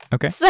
Okay